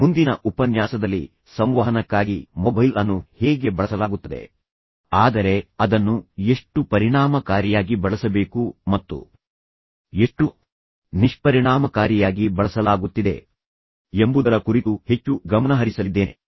ಆದ್ದರಿಂದ ಮುಂದಿನ ಉಪನ್ಯಾಸದಲ್ಲಿ ಸಂವಹನಕ್ಕಾಗಿ ಮೊಬೈಲ್ ಅನ್ನು ಹೇಗೆ ಬಳಸಲಾಗುತ್ತದೆ ಆದರೆ ಅದನ್ನು ಎಷ್ಟು ಪರಿಣಾಮಕಾರಿಯಾಗಿ ಬಳಸಬೇಕು ಮತ್ತು ಎಷ್ಟು ನಿಷ್ಪರಿಣಾಮಕಾರಿಯಾಗಿ ಬಳಸಲಾಗುತ್ತಿದೆ ಎಂಬುದರ ಕುರಿತು ನಾನು ಹೆಚ್ಚು ಗಮನಹರಿಸಲಿದ್ದೇನೆ